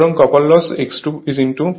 সুতরাং copper loss X2 Wc